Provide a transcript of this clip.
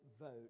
vote